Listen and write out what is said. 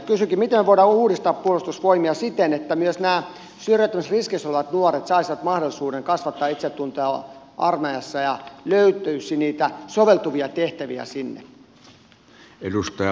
miten me voimme uudistaa puolustusvoimia siten että myös nämä syrjäytymisriskissä olevat nuoret saisivat mahdollisuuden kasvattaa itsetuntoa armeijassa ja löytyisi niitä soveltuvia tehtäviä sinne